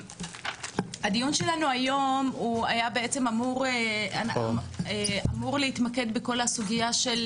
הדיון שלנו היום היה בעצם אמור להתמקד בכל הסוגייה של